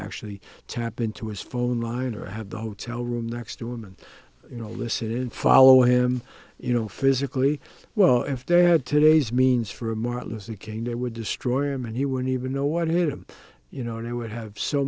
actually tap into his phone line or have the hotel room next to him and you know listen and follow him you know physically well if they had today's means for a martin luther king they would destroy him and he wouldn't even know what hit him you know and i would have so